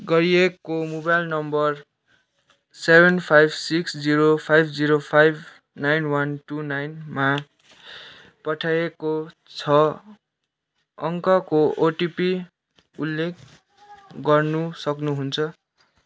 गरिएको mobile number seven five six zero five zero five nine one two नाइनमा पठाइएको छ अङ्कको ओटिपी उल्लेख गर्न सक्नुहुन्छ